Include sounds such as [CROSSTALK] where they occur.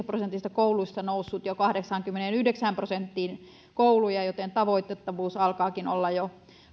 [UNINTELLIGIBLE] prosentista kouluista jo kahdeksaankymmeneenyhdeksään prosenttiin kouluista joten tavoitettavuus alkaakin olla jo